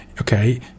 Okay